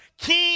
king